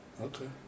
Okay